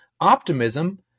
optimism